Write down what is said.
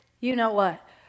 you-know-what